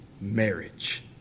marriage